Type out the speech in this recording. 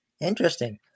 Interesting